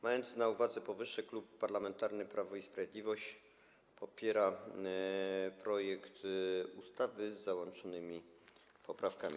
Mając na uwadze powyższe, Klub Parlamentarny Prawo i Sprawiedliwość popiera projekt ustawy z załączonymi poprawkami.